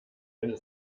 eine